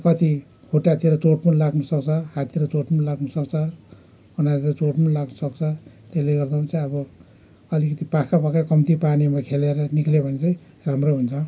कति खुट्टातिर चोट पनि लाग्न सक्छ हाततिर चोट पनि लाग्न सक्छ अनुहारतिर चोट पनि लाग्न सक्छ त्यसले गर्दा चाहिँ अब अलिकति पाखा पाखा कम्ती पानीमा खेलेर निक्लयो भने चाहिँ राम्रो हुन्छ